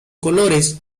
colores